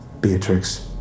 Beatrix